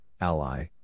Ally